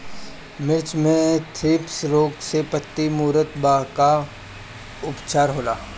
मिर्च मे थ्रिप्स रोग से पत्ती मूरत बा का उपचार होला?